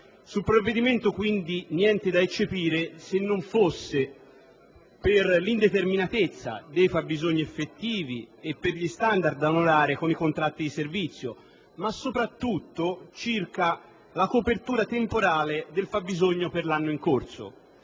Sul provvedimento, quindi, niente da eccepire, se non per quanto attiene l'indeterminatezza dei fabbisogni effettivi e per gli standard da onorare con i contratti di servizio e, soprattutto, circa la copertura temporale del fabbisogno per l'anno in corso.